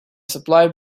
supply